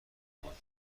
بود